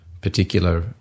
particular